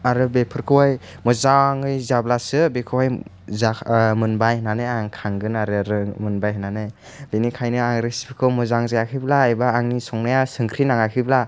आरो बेफोरखौहाय मोजाङै जाब्लासो बेखौहाय मोनबाय होननानै आं खांगोन आरो मोनबाय होननानै बेनिखायनो आं रेसिपिखौ मोजां जायाखैब्ला एबा आंनि संनाया संख्रि नाङाखैब्ला